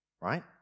right